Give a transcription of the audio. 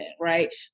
right